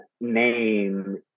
name